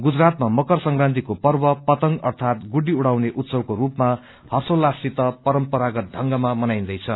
गुजरातमा मकर संक्रान्तिको पर्व पतंग अर्थात गुड्डी एड़ाउने उत्सवको रूपमा हर्षेल्लास सित परम्परागत ढंगमा मनाईन्दैछ